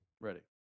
Ready